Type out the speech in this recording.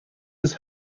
was